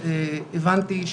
גנטי,